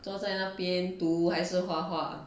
坐在那边读还是画画